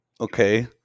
okay